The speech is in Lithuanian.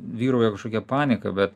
vyrauja kažkokia panika bet